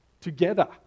together